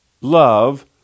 love